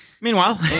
Meanwhile